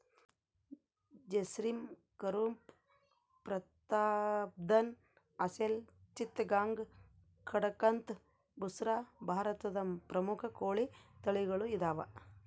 ಜರ್ಸಿಮ್ ಕಂರೂಪ ಪ್ರತಾಪ್ಧನ್ ಅಸೆಲ್ ಚಿತ್ತಗಾಂಗ್ ಕಡಕಂಥ್ ಬುಸ್ರಾ ಭಾರತದ ಪ್ರಮುಖ ಕೋಳಿ ತಳಿಗಳು ಇದಾವ